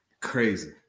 Crazy